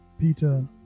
Peter